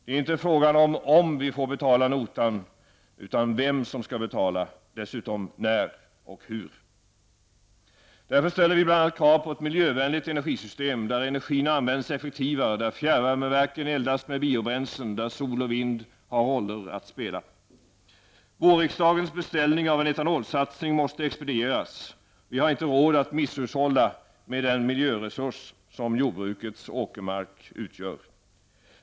Det är inte fråga om vi får betala notan utan vem som skall betala, dessutom när och hur. Därför ställer vi bl.a. krav på ett miljövänligt energisystem, där energin används effektivare, där fjärrvärmeverken eldas med biobränslen och där sol och vind har roller att spela. Vårriksdagens beställning av en etanolsatsning måste expedieras. Vi har inte råd att misshushålla med den miljöresurs som jordbrukets åkermark utgör.